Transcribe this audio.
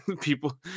people